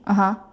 (uh huh)